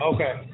Okay